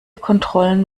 kontrollen